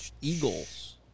Eagles